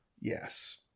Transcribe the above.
Yes